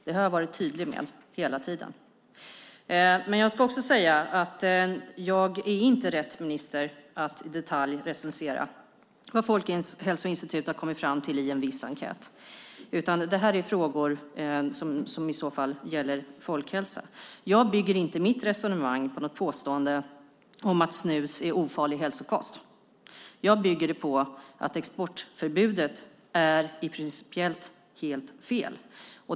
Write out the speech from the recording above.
Det har jag varit tydlig med hela tiden. Jag ska också säga att jag inte är rätt minister att i detalj recensera vad Folkhälsoinstitutet har kommit fram till i en viss enkät, utan det här är frågor som i så fall gäller folkhälsa. Jag bygger inte mitt resonemang på något påstående om att snus är ofarlig hälsokost. Jag bygger det på att exportförbudet är principiellt helt fel.